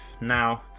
now